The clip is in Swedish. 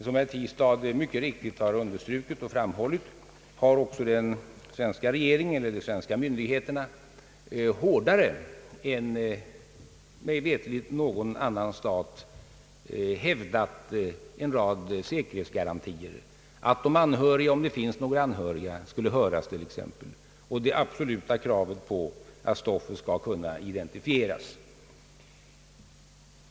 Som herr Tistad mycket riktigt har framhållit, har också de svenska myndigheterna hårdare än mig veterligt myndigheterna i någon annan stat hävdat en rad säkerhetsgarantier, nämligen att de anhöriga — om det finns några anhöriga — skall höras och det absoluta kravet på att stoftet skall kunna identifieras.